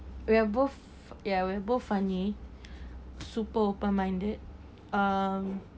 we are both ya we're both funny super open minded um